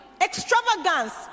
Extravagance